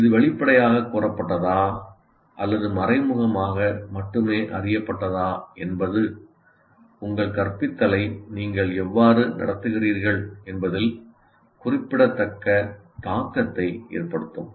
இது வெளிப்படையாகக் கூறப்பட்டதா அல்லது மறைமுகமாக மட்டுமே அறியப்பட்டதா என்பது உங்கள் கற்பித்தலை நீங்கள் எவ்வாறு நடத்துகிறீர்கள் என்பதில் குறிப்பிடத்தக்க தாக்கத்தை ஏற்படுத்தும்